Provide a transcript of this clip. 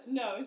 no